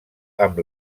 amb